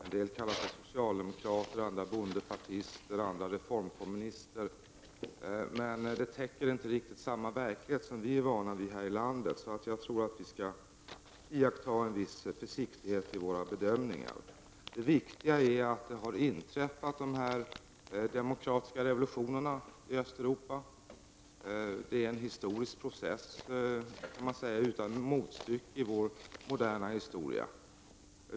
En del kallar sig socialdemokrater, andra bondepartister, andra reformkommunister. De orden täcker dock inte samma verklighet som vi är vana vid här i landet. Jag tror att vi skall iaktta en viss försiktighet i våra bedömningar. Det viktiga är att dessa demokratiska revolutioner i Östeuropa har inträffat. Det är en historisk process utan motstycke i vår moderna tid.